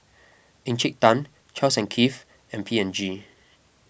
Encik Tan Charles and Keith and P and G